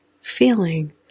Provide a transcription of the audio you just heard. feeling